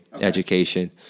education